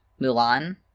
Mulan